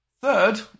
Third